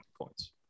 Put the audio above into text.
points